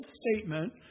statement